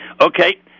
Okay